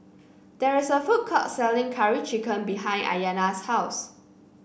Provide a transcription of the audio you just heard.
there is a food court selling Curry Chicken behind Ayana's house